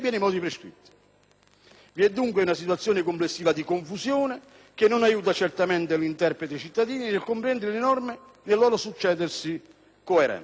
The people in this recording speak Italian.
Vi è dunque una situazione complessiva di confusione che non aiuta certamente l'interprete e i cittadini nel comprendere le norme nel loro succedersi coerente.